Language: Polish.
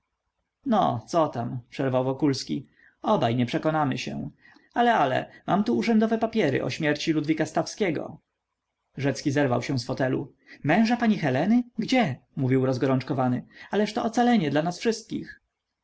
no cotam przerwał wokulski obaj nie przekonamy się ale ale mam tu urzędowe papiery o śmierci ludwika stawskiego rzecki zerwał się z fotelu męża pani heleny gdzie mówił rozgorączkowany ależto ocalenie dla nas wszystkich